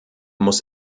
muss